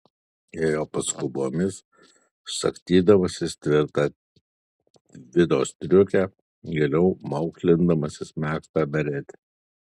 ėjo paskubomis sagstydamasis tvirtą tvido striukę giliau maukšlindamasis megztą beretę